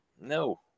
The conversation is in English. No